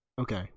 Okay